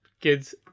kids